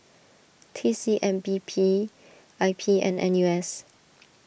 T C M B P I P and N U S